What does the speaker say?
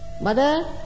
Mother